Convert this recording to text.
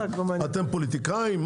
אתם פוליטיקאים?